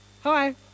hi